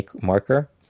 Marker